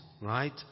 right